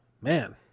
man